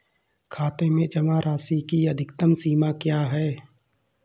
खाते में जमा राशि की अधिकतम सीमा क्या है?